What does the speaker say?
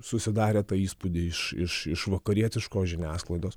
susidarę tą įspūdį iš iš iš vakarietiško žiniasklaidos